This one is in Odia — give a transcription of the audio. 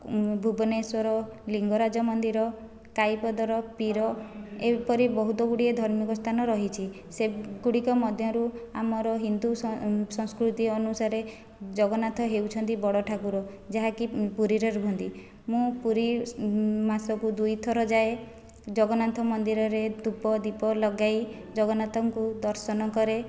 ଭୁବନେଶ୍ଵର ଲିଙ୍ଗରାଜ ମନ୍ଦିର କାଇପଦର ପିର ଏହିପରି ବହୁତ ଗୁଡ଼ିଏ ଧାର୍ମିକ ସ୍ଥାନ ରହିଛି ସେଗୁଡ଼ିକ ମଧ୍ୟରୁ ଆମର ହିନ୍ଦୁ ସଂସ୍କୃତି ଅନୁସାରେ ଜଗନ୍ନାଥ ହେଉଛନ୍ତି ବଡ଼ ଠାକୁର ଯାହାକି ପୁରୀରେ ରୁହନ୍ତି ମୁଁ ପୁରୀ ମାସକୁ ଦୁଇଥର ଯାଏ ଜଗନ୍ନାଥ ମନ୍ଦିରରେ ଧୂପ ଦୀପ ଲଗାଇ ଜଗନ୍ନାଥଙ୍କୁ ଦର୍ଶନ କରେ